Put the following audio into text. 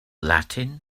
latin